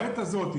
בעת הזאת,